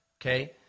okay